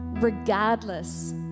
Regardless